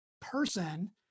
person